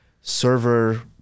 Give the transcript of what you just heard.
server